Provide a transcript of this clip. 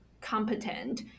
competent